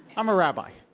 i'm a rabbi.